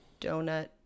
donut